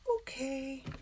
okay